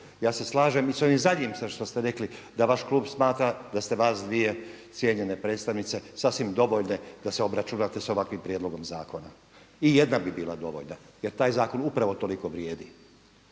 ja se slažem i s ovim zadnjim sad što ste rekli da vaš klub smatra da ste vas dvije cijenjene predstavnice sasvim dovoljne da se obračunate s ovakvim prijedlogom zakona. I jedna bi bila dovoljna jer taj zakon upravo toliko vrijedi.